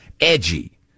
Edgy